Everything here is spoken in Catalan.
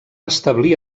establir